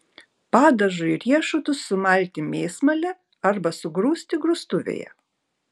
padažui riešutus sumalti mėsmale arba sugrūsti grūstuvėje